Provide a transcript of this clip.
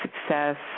success